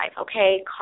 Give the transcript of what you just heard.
okay